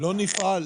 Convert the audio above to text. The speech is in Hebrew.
בין